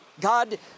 God